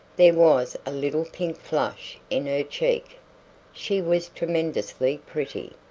there was a little pink flush in her cheek she was tremendously pretty.